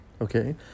Okay